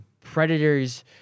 Predators